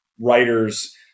writers